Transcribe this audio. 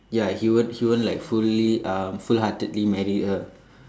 ya he won't he won't like fully uh full heartedly marry her